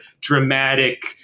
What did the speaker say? dramatic